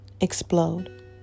explode